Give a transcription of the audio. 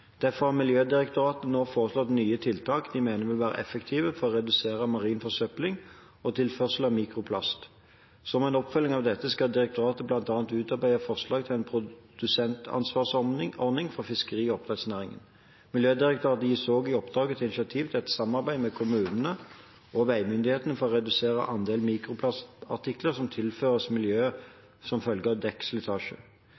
Derfor har Miljødirektoratet nå foreslått nye tiltak de mener vil være effektive for å redusere marin forsøpling og tilførsler av mikroplast. Som en oppfølging av dette skal direktoratet bl.a. utarbeide forslag til en produsentansvarsordning for fiskeri- og oppdrettsnæringen. Miljødirektoratet gis også i oppdrag å ta initiativ til et samarbeid med kommunene og veimyndighetene for å redusere andelen mikroplastartikler som tilføres